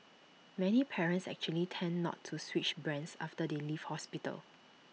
many parents actually tend not to switch brands after they leave hospital